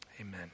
Amen